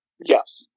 Yes